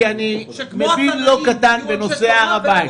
כי אני מבין לא קטן בנושא הר הבית.